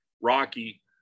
rocky